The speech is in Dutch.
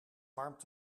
warmt